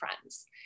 friends